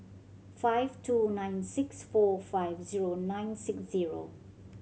five two nine six four five zero nine six zero